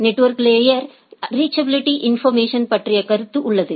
network layer reachability information பற்றிய கருத்து உள்ளது